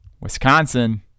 wisconsin